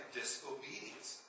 disobedience